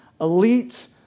elite